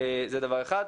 זה דבר אחד.